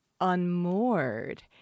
unmoored